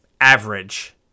average